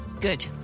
Good